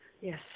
Yes